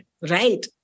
right